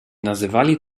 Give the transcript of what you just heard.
nazywali